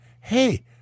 hey